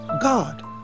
God